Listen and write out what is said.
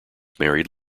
married